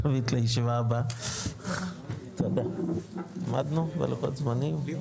הישיבה ננעלה בשעה 10:27.